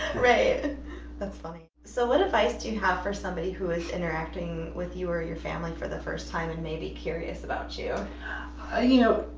right that's funny. so what advice do you have for somebody who is interacting with you or your family for the first time and may be curious about you? ah you know,